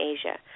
Asia